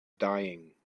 dying